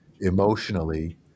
emotionally